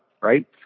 right